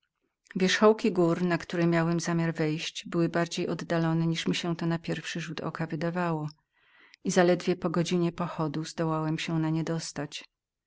wierzchołki gór na które miałem zamiar wejść były bardziej oddalone niżeli na pierwszy rzut oka mniemałem i zaledwie po godzinie pochodu zdołałem na nie się dostać